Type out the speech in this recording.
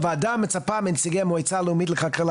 הוועדה מצפה מנציגי המועצה הלאומית לכלכלה